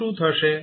તો શું થશે